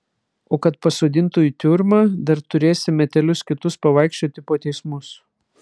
o kad pasodintų į tiurmą dar turėsi metelius kitus pavaikščioti po teismus